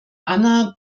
anna